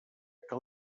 que